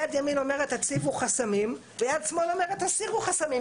יד ימין אומרת תציבו חסמים ויד שמאל אומרת תסירו חסמים.